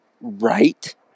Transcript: Right